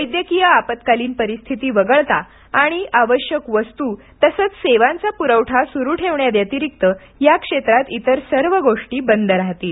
वैद्यकीय आपत्कालीन परिस्थिती वगळता आणि आवश्यक वस्तू आणि सेवांचा पुरवठा सुरू ठेवण्याव्यतिरिक्त या क्षेत्रात इतर सर्व गोष्टी बंद राहतील